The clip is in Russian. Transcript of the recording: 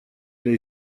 для